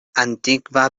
antikva